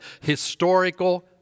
historical